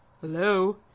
Hello